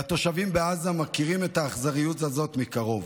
התושבים בעזה מכירים את האכזריות הזאת מקרוב,